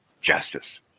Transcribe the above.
justice